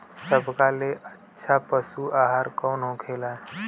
सबका ले अच्छा पशु आहार कवन होखेला?